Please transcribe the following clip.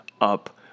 up